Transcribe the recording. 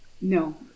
No